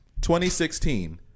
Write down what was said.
2016